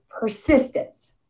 persistence